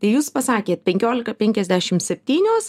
tai jūs pasakėte penkiolika penkiasdešim septynios